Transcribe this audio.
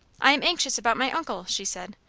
i am anxious about my uncle, she said.